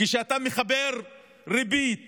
כשאתה מחבר ריבית